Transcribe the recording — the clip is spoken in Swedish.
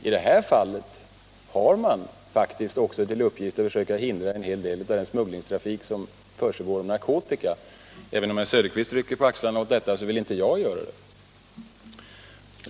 I detta fall har man faktiskt också till uppgift att försöka hindra en hel del av den smugglingstrafik med narkotika som pågår. Även om herr Söderqvist rycker på axlarna åt detta vill inte jag göra det.